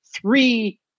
three